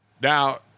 Now